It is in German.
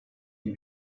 die